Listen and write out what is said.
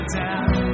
down